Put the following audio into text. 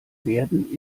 werden